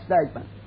statement